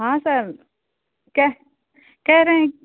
हाँ सर के कह रहे